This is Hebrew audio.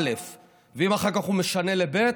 א'; ואם אחר כך הוא משנה ל-ב',